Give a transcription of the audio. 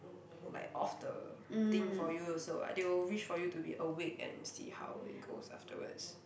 like off the thing for you also [what] they will wish for you to be awake and see how it goes afterwards